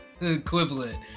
equivalent